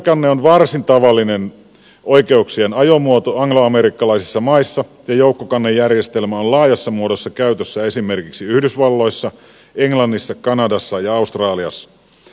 ryhmäkanne on varsin tavallinen oikeuksien ajomuoto angloamerikkalaisissa maissa ja joukkokannejärjestelmä on laajassa muodossa käytössä esimerkiksi yhdysvalloissa englannissa kanadassa ja australiassa